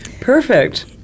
Perfect